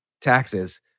taxes